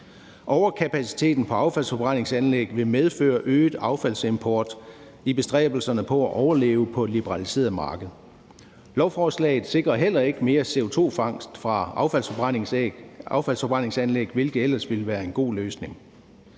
Overkapaciteten på affaldsforbrændingsanlæggene medfører øget affaldsimport i bestræbelserne på at overleve på et liberaliseret marked. Lovforslaget sikrer heller ikke mere CO2-fangst fra affaldsforbrændingsanlæg, hvilket ellers ville være en god løsning.